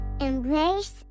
Embrace